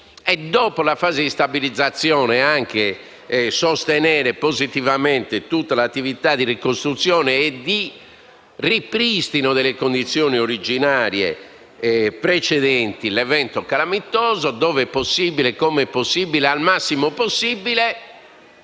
dopo la fase di stabilizzazione, anche per il sostegno positivo di tutta l'attività di ricostruzione e di ripristino delle condizioni originarie precedenti l'evento calamitoso, là dove possibile, come possibile e al massimo possibile.